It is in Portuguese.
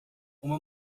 uma